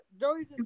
Joey's